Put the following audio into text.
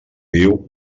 viu